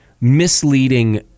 misleading